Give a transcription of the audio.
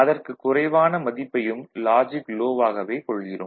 அதற்குக் குறைவான மதிப்பையும் லாஜிக் லோ வாகவே கொள்கிறோம்